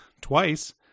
twice